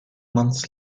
months